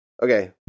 Okay